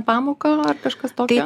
pamoką ar kažkas tokio